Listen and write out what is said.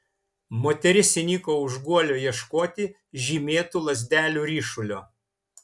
moteris įniko už guolio ieškoti žymėtų lazdelių ryšulio